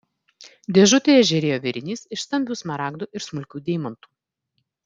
dėžutėje žėrėjo vėrinys iš stambių smaragdų ir smulkių deimantų